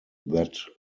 that